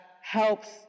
helps